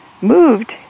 moved